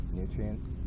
Nutrients